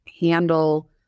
handle